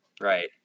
Right